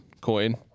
coin